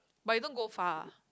but you don't go far